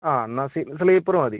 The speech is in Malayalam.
ആ എന്നാൽ സ്ലീപ്പർ മതി